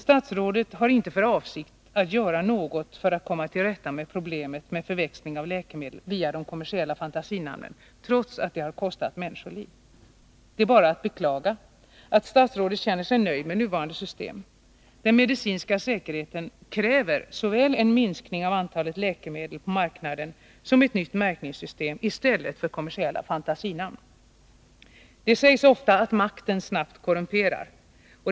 Statsrådet har inte för avsikt att göra något för att komma till rätta med problemet med förväxlingen av läkemedel via de kommersiella fantasinamnen, trots att den har kostat människoliv. Det är bara att beklaga att statsrådet känner sig nöjd med nuvarande system. Den medicinska säkerheten kräver såväl en minskning av antalet läkemedel på marknaden som ett nytt märkningssystem i stället för kommersiella fantasinamn. Det sägs ofta att makt snabbt korrumperar.